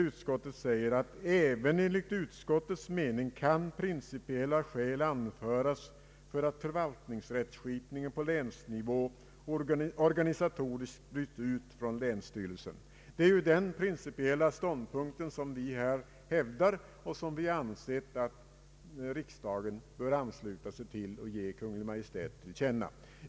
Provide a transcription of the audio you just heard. Utskottet säger att även enligt utskottets mening kan principiella skäl anföras för att förvaltningsrättskipningen på länsnivå organisatoriskt bryts ut från länsstyrelsen. Det är den principiella ståndpunkten som vi hävdar och som vi ansett att riksdagen bör ansluta sig till och ge Kungl. Maj:t till känna.